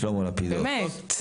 באמת.